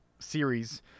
series